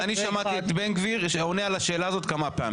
את בן גביר עונה על השאלה הזאת כמה פעמים.